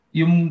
yung